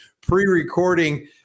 pre-recording